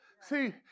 See